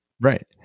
Right